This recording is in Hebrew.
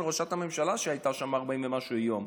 ראשת הממשלה שהייתה שם 40 ומשהו יום.